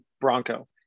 Bronco